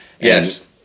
yes